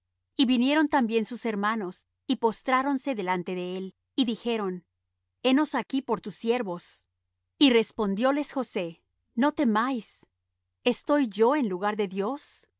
y vinieron también sus hermanos y postráronse delante de él y dijeron henos aquí por tus siervos y respondióles josé no temáis estoy yo en lugar de dios